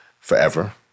Forever